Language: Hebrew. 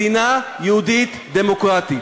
מדינה יהודית דמוקרטית.